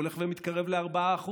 הוא הולך ומתקרב ל-4%.